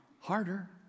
harder